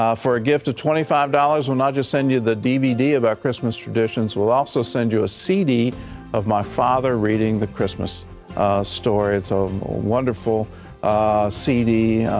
um for a gift of twenty five dollars, we'll not just send you the dvd of our christmas traditions, we'll also send you a cd of my father reading the christmas story, it's a wonderful cd.